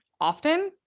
often